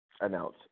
announce